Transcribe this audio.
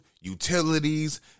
utilities